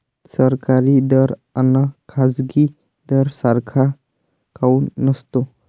सरकारी दर अन खाजगी दर सारखा काऊन नसतो?